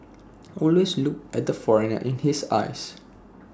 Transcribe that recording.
always look at the foreigner in his eyes